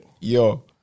Yo